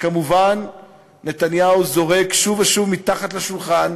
וכמובן נתניהו זורק אותו שוב ושוב מתחת לשולחן